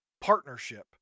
partnership